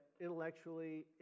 intellectually